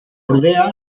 ordea